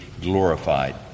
glorified